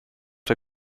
der